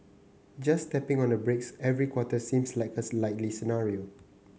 just tapping on the brakes every quarter seems like a likely scenario